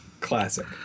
Classic